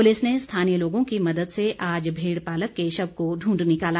police ने स्थानीय लोगों की मदद से आज भेड़पालक के शव को ढूंढ निकाला